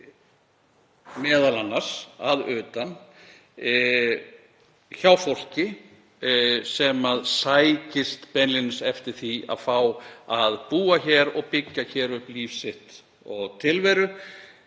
og komi m.a. að utan, frá fólki sem sækist beinlínis eftir því að fá að búa hér og byggja upp líf sitt og tilveru.